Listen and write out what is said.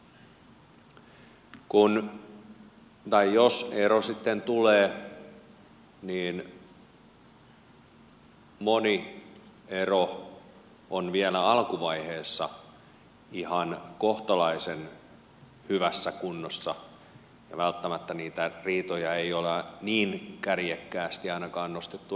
kun tai jos ero sitten tulee niin moni ero on vielä alkuvaiheessa ihan kohtalaisen hyvässä kunnossa ja välttämättä niitä riitoja ei ole niin kärjekkäästi ainakaan nostettu esille